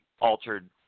altered